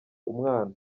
umwana